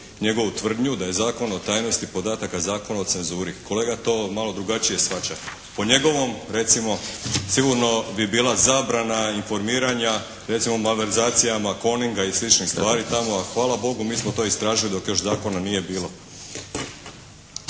njegovu tvrdnju da je Zakon o tajnosti podataka Zakon o cenzuri. Kolega, to malo drugačije shvaća. Po njegovom recimo, sigurno bi bila zabrana informiranja recimo malverzacijama "Koninga" i sličnih stvari tamo, a hvala Bogu mi smo to istražili dok još zakona nije bilo.